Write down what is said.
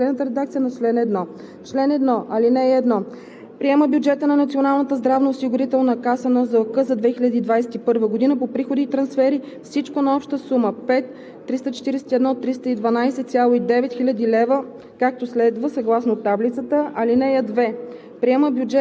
Комисията подкрепя предложението. Комисията подкрепя по принцип текста на вносителя и предлага следната редакция на чл. 1: „Чл. 1. (1) Приема бюджета на Националната здравноосигурителна каса (НЗОК) за 2021 г. по приходи и трансфери – всичко на обща сума 5 341 312,9 хил.